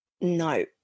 No